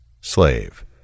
Slave